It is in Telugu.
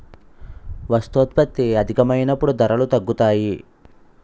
వస్తోత్పత్తి అధికమైనప్పుడు ధరలు తగ్గుతాయి